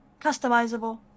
customizable